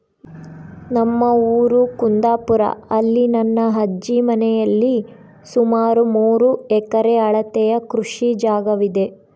ನಮ್ಮ ಊರು ಕುಂದಾಪುರ, ಅಲ್ಲಿ ನನ್ನ ಅಜ್ಜಿ ಮನೆಯಲ್ಲಿ ಸುಮಾರು ಮೂರು ಎಕರೆ ಅಳತೆಯ ಕೃಷಿ ಜಾಗವಿದೆ